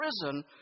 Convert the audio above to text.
prison